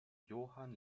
johann